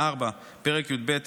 פרק י"ב,